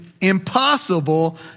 Impossible